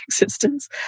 existence